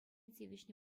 тивӗҫнӗ